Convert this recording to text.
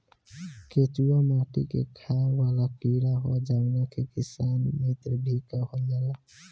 केचुआ माटी में खाएं वाला कीड़ा ह जावना के किसान मित्र भी कहल जाला